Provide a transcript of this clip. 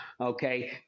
okay